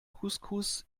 couscous